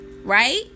Right